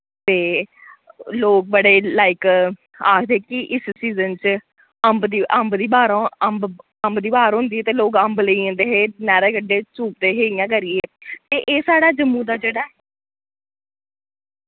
ते लोग बड़े लाइक आखदे कि इस सीजन च अम्ब दी अम्ब दी बहारां हों अम्ब अम्ब दी बहार होंदी ते लोक अम्ब लेई जन्दे हे नैह्रा कंडे चूपदे हे इ'यां करियै ते एह् साढ़ा जम्मू दा जेह्ड़ा